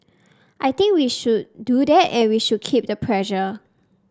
I think we should do that and we should keep the pressure